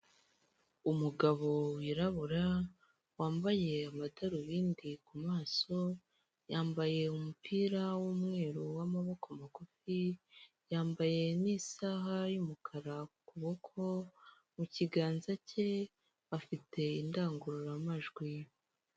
Umugabo wirabura wambaye amadarubindi ku maso yambaye umupira w'umweru w'amaboko magufi, yambaye n'isaha y'umukara ku kuboko mu kiganza cye afite indangurura majwi.